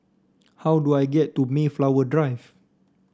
how do I get to Mayflower Drive